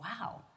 wow